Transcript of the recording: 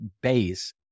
base